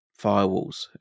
firewalls